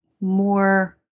more